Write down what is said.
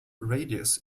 radius